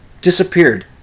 disappeared